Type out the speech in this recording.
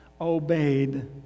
obeyed